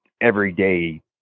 everyday